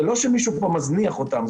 זה לא שמישהו פה מזניח אותם.